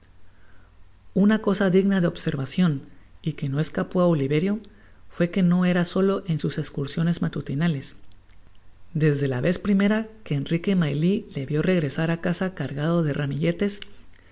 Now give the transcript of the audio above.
una cosa digna de observacion y que no escapó á oliverio fué que no era solo en sus escursiones matutinales desde la vez primera que enrique maylie le vió regresar á casa cargado de ramilletes